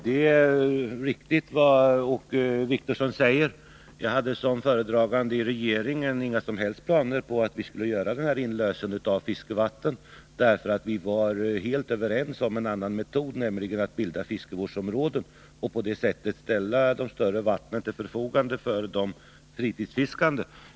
Herr talman! Det är riktigt vad Åke Wictorsson säger — jag hade som föredragande i regeringen inga som helst planer på inlösen av fiskevatten, eftersom vi var helt överens om en annan metod, nämligen att bilda fiskevårdsområden, och på det sättet ställa de större vattnen till förfogande för de fritidsfiskande.